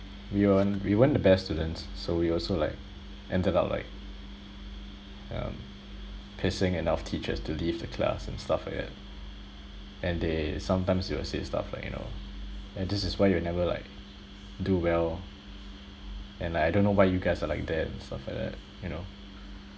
we weren't we weren't the best students so we also like ended up like um pissing enough teachers to leave the class and stuff like that and they sometimes they will say stuff like you know and this is why you'll never like do well and I don't know why you guys are like that stuff like that you know